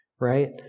right